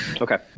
okay